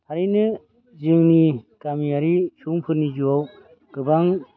थारैनो जोंनि गामियारि सुबुंफोरनि जिउआव गोबां